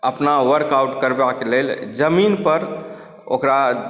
अपना वर्कआउट करबाक लेल ज़मीनपर ओकरा